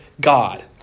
God